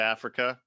Africa